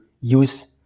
use